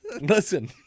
Listen